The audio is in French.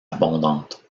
abondante